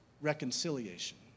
reconciliation